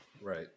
Right